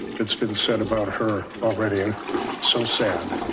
that's been said about her already, ah so sad.